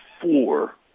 four